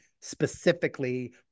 specifically